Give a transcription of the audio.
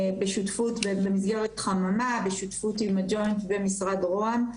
במסגרת חממה בשותפות עם הג'וינט ומשרד רוה"מ.